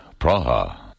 Praha